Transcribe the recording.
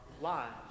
lives